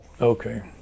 Okay